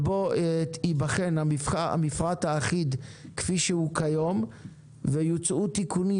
ושם ייבחן המפרט האחיד כפי שהוא כיום ויוצעו תיקונים